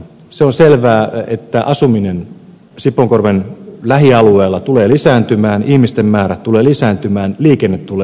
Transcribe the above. se on selvää että asuminen sipoonkorven lähialueella tulee lisääntymään ihmisten määrä tulee lisääntymään liikenne tulee lisääntymään